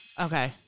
Okay